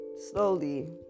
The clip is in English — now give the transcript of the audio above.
slowly